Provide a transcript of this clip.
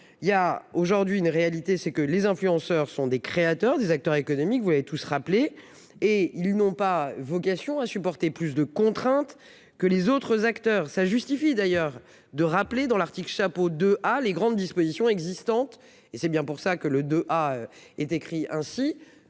il y a aujourd'hui une réalité, c'est que les influenceurs sont des créateurs, des acteurs économiques. Vous avez tout se rappeler et ils n'ont pas vocation à supporter plus de contraintes que les autres acteurs ça justifie d'ailleurs de rappeler dans l'Arctique chapeau de ah les grandes dispositions existantes et c'est bien pour ça que le deux a et décrit ainsi